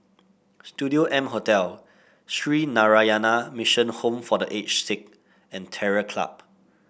Studio M Hotel Sree Narayana Mission Home for The Aged Sick and Terror Club